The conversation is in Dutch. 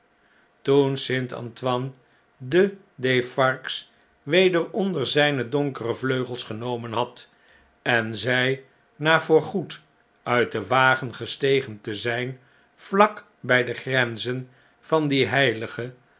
toen st antoine de defarges weder onder zgne donkere vleugels genomen had en zg na voorgoed uit den wagen gestegen te zjjn vlak bjj de grenzen van dien heilige